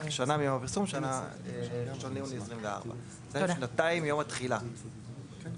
הפרסום ה-1 ביולי 2024. שנתיים מיום התחילה,